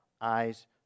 eyes